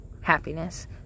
happiness